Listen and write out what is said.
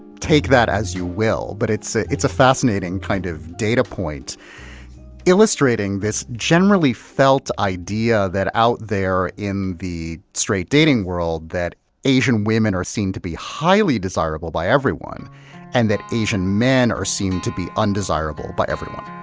take that as you will. but it's ah it's a fascinating kind of data point illustrating this generally felt idea that out there in the straight dating world that asian women are seen to be highly desirable by everyone and that asian men are seen to be undesirable by everyone.